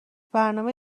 برنامه